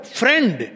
friend